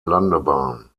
landebahn